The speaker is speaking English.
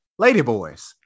ladyboys